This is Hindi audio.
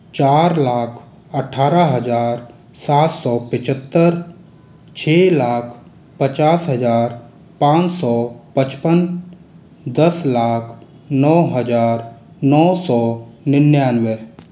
चार लाख अठारह हज़ार सात सौ पिचेत्तर छः लाख पचास हज़ार पांच सौ पचपन दस लाख नौ हज़ार नौ सौ निन्यानवे